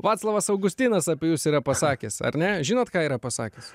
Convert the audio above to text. vaclovas augustinas apie jus yra pasakęs ar ne žinot ką yra pasakęs